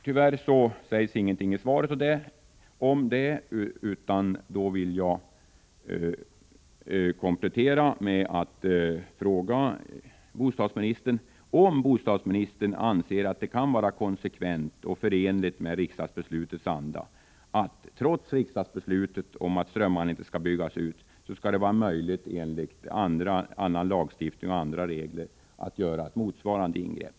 Tyvärr sägs ingenting i svaret om det, och jag vill komplettera med att fråga bostadsministern om bostadsministern anser det vara konsekvent och förenligt med riksdagsbeslutets anda att det trots riksdagens beslut om att strömmarna inte skall byggas ut skall vara möjligt enligt annan lagstiftning och andra regler att göra ett motsvarande ingrepp.